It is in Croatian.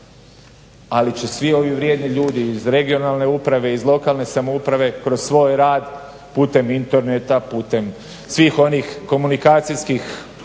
Ali će svi ovi vrijedni ljudi iz regionalne uprave iz lokalne samouprave kroz svoj rad putem interneta, putem svih onih komunikacijskih